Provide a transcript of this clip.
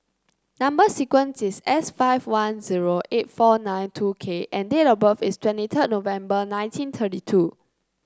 number sequence is S five one zero eight four nine two K and date of birth is twenty third November nineteen thirty two